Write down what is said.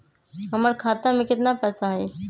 हमर खाता में केतना पैसा हई?